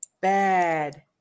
bad